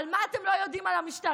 אבל מה אתם לא יודעים על המשטרה?